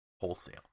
wholesale